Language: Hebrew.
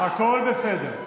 הכול בסדר.